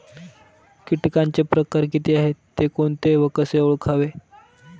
किटकांचे प्रकार किती आहेत, ते कोणते व कसे ओळखावे?